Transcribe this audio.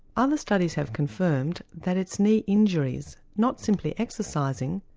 other studies have confirmed that it's knee injuries, not simply exercising,